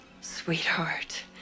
Sweetheart